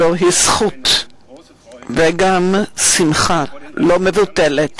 כפיים) זוהי זכות וגם שמחה לא מבוטלת